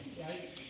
right